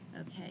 okay